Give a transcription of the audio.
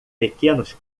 pequenos